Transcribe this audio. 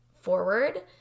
forward